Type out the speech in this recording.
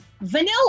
vanilla